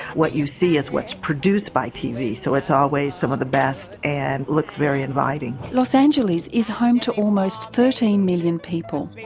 what you see is what's produced by tv, so it's always some of the best and looks very inviting. los angeles is home to almost thirteen million people.